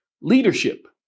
leadership